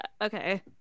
okay